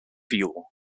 fuel